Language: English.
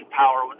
power